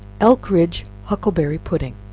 elkridge huckleberry pudding.